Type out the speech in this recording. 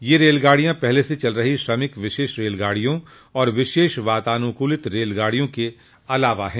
ये रेलगाडियां पहले से चल रही श्रमिक विशेष रेलगाडियों और विशेष वातानुकूलित रेलगाडियों के अलावा हैं